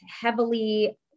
heavily